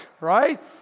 right